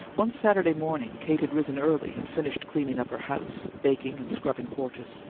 one saturday morning kate had risen early and finished cleaning up her house, baking, and scrubbing porches.